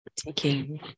Taking